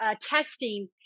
testing